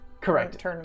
Correct